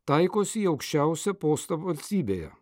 taikosi į aukščiausią postą valstybėje